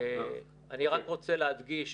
אני רק רוצה להדגיש,